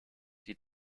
die